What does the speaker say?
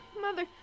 Mother